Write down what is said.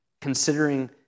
Considering